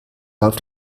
laut